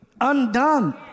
undone